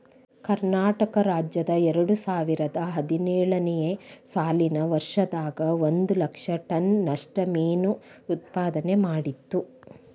ಕರ್ನಾಟಕ ರಾಜ್ಯ ಎರಡುಸಾವಿರದ ಹದಿನೇಳು ನೇ ಸಾಲಿನ ವರ್ಷದಾಗ ಒಂದ್ ಲಕ್ಷ ಟನ್ ನಷ್ಟ ಮೇನು ಉತ್ಪಾದನೆ ಮಾಡಿತ್ತು